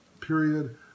period